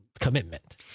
commitment